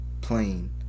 plane